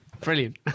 Brilliant